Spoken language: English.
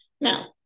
Now